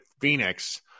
Phoenix